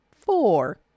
four